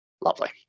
Lovely